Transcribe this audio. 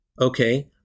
Okay